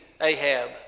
Ahab